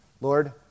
Lord